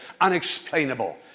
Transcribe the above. Unexplainable